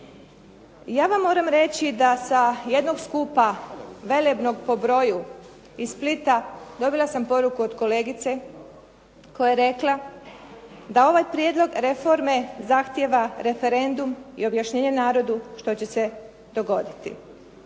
Ja vam moramo reći da sa jednog skupa velebnog po broju iz Splita dobila sam poruku od kolegice koja je rekla da ovaj prijedlog reforme zahtijeva referendum i objašnjenje narodu što će se dogoditi.